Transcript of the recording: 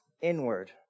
inward